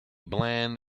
bland